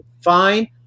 fine